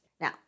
Now